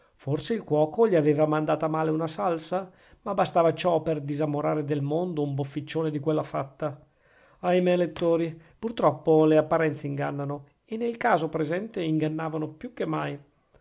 forse il cuoco gli aveva mandata a male una salsa ma bastava ciò per disamorare del mondo un bofficione di quella fatta ahimè lettori pur troppo le apparenze ingannano e nel caso presente ingannavano più che mai